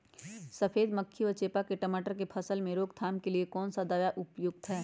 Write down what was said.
सफेद मक्खी व चेपा की टमाटर की फसल में रोकथाम के लिए कौन सा दवा उपयुक्त है?